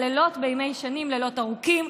הלילות בימי שני הם לילות ארוכים.